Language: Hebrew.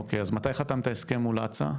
אוקי, אז מתי חתמת הסכם מול אצא?